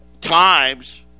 Times